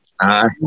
Aye